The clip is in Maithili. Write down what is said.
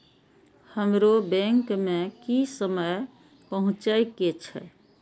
हमरो बैंक में की समय पहुँचे के छै?